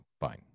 fine